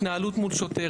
התנהלות מול שוטר,